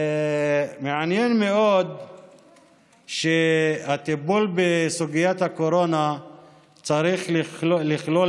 מעניין מאוד שהטיפול בסוגיית הקורונה צריך לכלול